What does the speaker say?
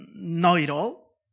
know-it-all